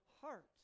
heart